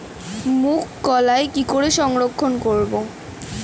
মুঘ কলাই কি করে সংরক্ষণ করব?